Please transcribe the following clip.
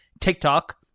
TikTok